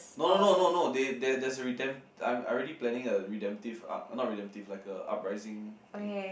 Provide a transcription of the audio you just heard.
no no no no no they there is a redemp~ I already planning a redemptive arc not redemptive like a uprising thing